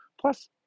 Plus